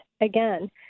again